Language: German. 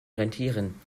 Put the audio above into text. rentieren